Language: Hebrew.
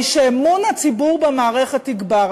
אמון הציבור במערכת יגבר.